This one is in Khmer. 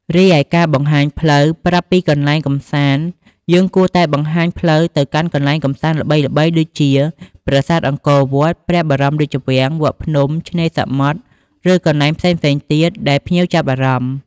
រីឯការបង្ហាញផ្លូវ ប្រាប់ពីកន្លែងកម្សាន្តយើងគួរតែបង្ហាញផ្លូវទៅកាន់កន្លែងកម្សាន្តល្បីៗ ដូចជាប្រាសាទអង្គរវត្ត ព្រះបរមរាជវាំង វត្តភ្នំ ឆ្នេរសមុទ្រ ឬកន្លែងផ្សេងៗទៀតដែលភ្ញៀវចាប់អារម្មណ៍។